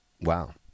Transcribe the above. Wow